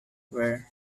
were